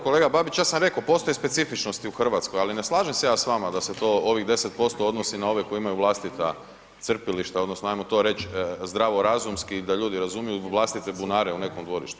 Kolega Babić, ja sam rekao postoje specifičnosti u Hrvatskoj, ali ne slažem se ja s vama da se to ovih 10% odnosi na ove koji imaju vlastita crpilišta odnosno ajmo to reći zdravorazumski da ljudi razumiju, vlastite bunare u nekom dvorištu.